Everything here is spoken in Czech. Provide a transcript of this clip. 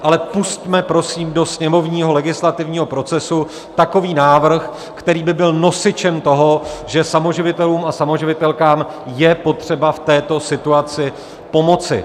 Ale pusťme prosím do sněmovního legislativního procesu takový návrh, který by byl nosičem toho, že samoživitelům a samoživitelkám je potřeba v této situaci pomoci.